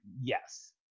yes